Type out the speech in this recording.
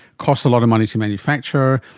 cost a lot of money to manufacture,